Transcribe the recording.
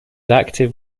active